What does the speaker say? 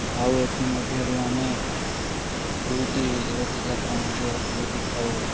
ଆଉ ଏଥିମଧ୍ୟରୁ ଆମେ ଦୁଇଟି ରଥଯାତ୍ରା ମଧ୍ୟ ଦେଖିଥାଉ